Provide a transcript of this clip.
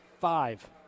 five